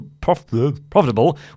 profitable